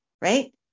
right